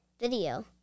video